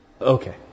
Okay